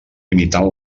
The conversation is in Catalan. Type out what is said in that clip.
imitant